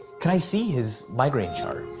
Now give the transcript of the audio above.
can i see his migraine chart?